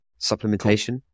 Supplementation